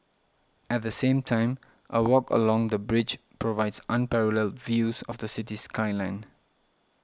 at the same time a walk along the bridge provides unparalleled views of the city skyline